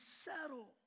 settle